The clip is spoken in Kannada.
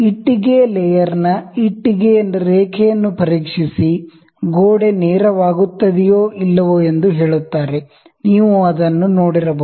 ಇಟ್ಟಿಗೆ ಲೇಯರ್ನ ಇಟ್ಟಿಗೆ ರೇಖೆಯನ್ನು ಪರೀಕ್ಷಿಸಿ ಗೋಡೆ ನೇರವಾಗುತ್ತದೆಯೋ ಇಲ್ಲವೋ ಎಂದು ಹೇಳುತ್ತಾರೆ ನೀವು ಅದನ್ನು ನೋಡಿರಬಹುದು